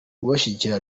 kubashyigikira